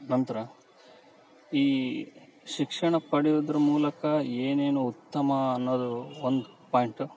ನಂತರ ಈ ಶಿಕ್ಷಣ ಪಡೆಯುವುದರ ಮೂಲಕ ಏನೇನು ಉತ್ತಮ ಅನ್ನೋದು ಒಂದು ಪಾಯಿಂಟ್